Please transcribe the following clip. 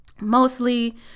Mostly